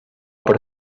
per